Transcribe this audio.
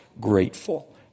Grateful